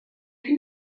fut